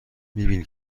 میبینی